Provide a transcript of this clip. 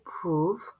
prove